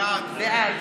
בעד